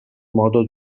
modo